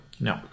No